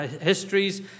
histories